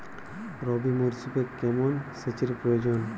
রবি মরশুমে কেমন সেচের প্রয়োজন?